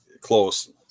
close